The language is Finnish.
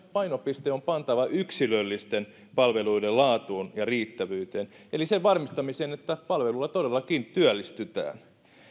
painopiste on pantava yksilöllisten palveluiden laatuun ja riittävyyteen eli sen varmistamiseen että palveluilla todellakin työllistytään